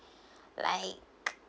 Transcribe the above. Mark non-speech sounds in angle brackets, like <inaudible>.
<breath> like